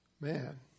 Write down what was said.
Man